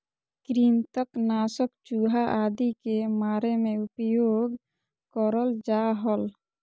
कृंतक नाशक चूहा आदि के मारे मे उपयोग करल जा हल